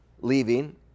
leaving